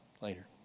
later